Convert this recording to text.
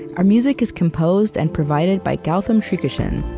our music is composed and provided by gautam srikishan.